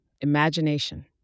imagination